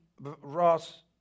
Ross